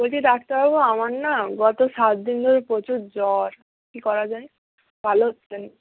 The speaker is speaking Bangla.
বলছি ডাক্তারবাবু আমার না গত সাতদিন ধরে প্রচুর জ্বর কী করা যায় ভালো হচ্ছে না